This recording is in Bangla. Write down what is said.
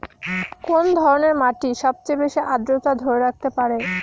কোন ধরনের মাটি সবচেয়ে বেশি আর্দ্রতা ধরে রাখতে পারে?